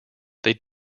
they